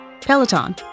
Peloton